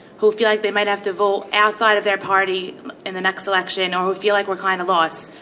who feel like they might have to vote outside of their party in the next election or who feel like we're kind of lost?